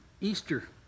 Easter